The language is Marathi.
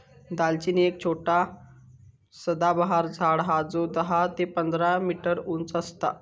दालचिनी एक छोटा सदाबहार झाड हा जो दहा ते पंधरा मीटर उंच असता